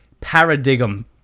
paradigm